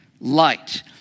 light